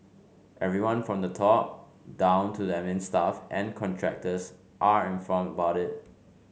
everyone from the top down to the admin staff and contractors are informed about it